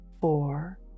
four